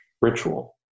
ritual